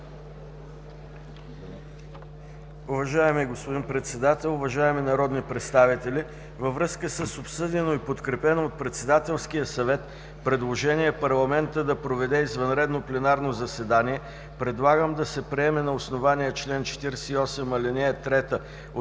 Уважаеми господин Председател, уважаеми народни представители, във връзка с обсъдено и подкрепено от Председателския съвет предложение парламентът да проведе извънредно пленарно заседание, предлагам да се приеме на основание чл. 48, ал. 3 от